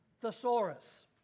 thesaurus